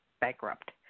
bankrupt